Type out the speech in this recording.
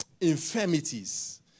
infirmities